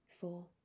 four